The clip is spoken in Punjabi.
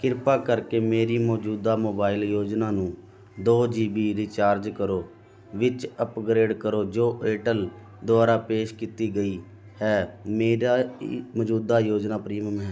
ਕਿਰਪਾ ਕਰਕੇ ਮੇਰੀ ਮੌਜੂਦਾ ਮੋਬਾਈਲ ਯੋਜਨਾ ਨੂੰ ਦੋ ਜੀ ਬੀ ਰੀਚਾਰਜ ਕਰੋ ਵਿੱਚ ਅਪਗ੍ਰੇਡ ਕਰੋ ਜੋ ਏਅਰਟੈੱਲ ਦੁਆਰਾ ਪੇਸ਼ ਕੀਤੀ ਗਈ ਹੈ ਮੇਰਾ ਮੌਜੂਦਾ ਯੋਜਨਾ ਪ੍ਰੀਮੀਅਮ ਹੈ